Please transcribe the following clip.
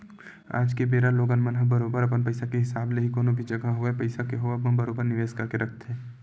आज के बेरा लोगन मन ह बरोबर अपन पइसा के हिसाब ले ही कोनो भी जघा होवय पइसा के होवब म बरोबर निवेस करके रखथे